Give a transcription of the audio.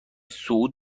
صعود